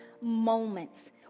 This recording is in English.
moments